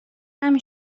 همین